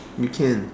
you can